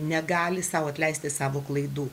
negali sau atleisti savo klaidų